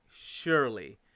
surely